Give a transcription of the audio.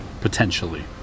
Potentially